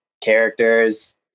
characters